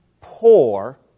poor